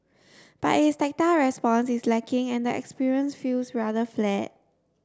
but its tactile response is lacking and the experience feels rather flat